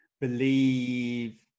believe